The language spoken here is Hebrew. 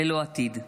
ללא עתיד.